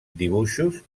dibuixos